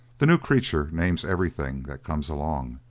the new creature names everything that comes along,